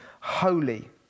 holy